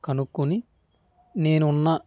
కనుక్కొని నేను ఉన్న